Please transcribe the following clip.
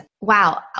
Wow